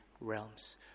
realms